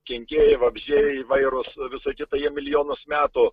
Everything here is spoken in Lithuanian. kenkėjai vabzdžiai įvairūs visa kita jie milijonus metų